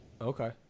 Okay